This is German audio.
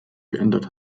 geändert